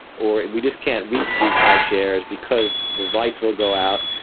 or we just can't reach these high shares because the lights will go out.